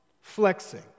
flexing